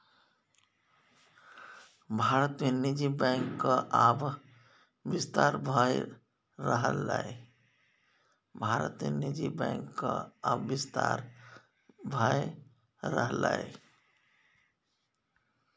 भारत मे निजी बैंकक आब बिस्तार भए रहलैए